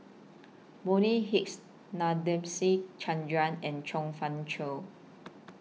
Bonny Hicks Nadasen Chandra and Chong Fah Cheong